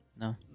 no